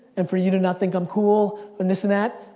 and for you to not think i'm cool, and this and that?